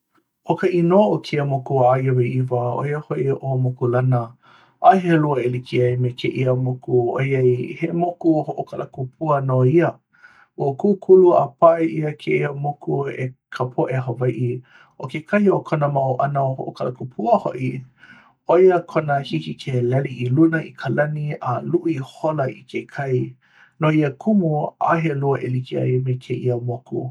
ʻo ka inoa o kēia moku āiwaiwa ʻoia hoʻi ʻo mokulana. ʻaʻohe lua e like ai me kēia moku ʻoiai he moku hoʻokalapukua nō ia. ua kūkulu a paʻa ʻia kēia moku e ka poʻe hawaiʻi. o kekahi o kona mau ʻano hoʻokalakupua hoʻi, ʻoia kona hiki ke lele i luna i ka lani a luʻu i lalo i ke kai. no ia kumu, ʻaʻohe lua e like ai me kēia moku.